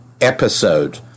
episode